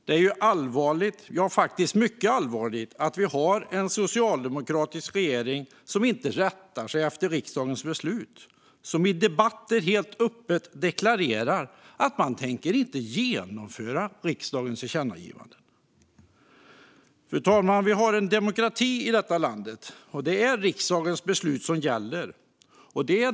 Det är allvarligt, faktiskt mycket allvarligt, att vi har en socialdemokratisk regering som inte rättar sig efter riksdagens beslut utan som i debatter helt öppet deklarerar att den inte tänker genomföra riksdagens tillkännagivanden. Fru talman! Vi har demokrati i detta land, och det är riksdagens beslut som gäller.